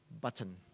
button